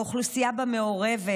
האוכלוסייה בו מעורבת,